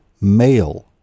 male